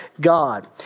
God